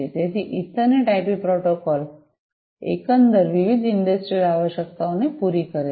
તેથી Ethernet IP protocol એકંદર વિવિધ ઇંડસ્ટ્રિયલ આવશ્યકતાઓને પૂરી કરે છે